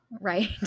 Right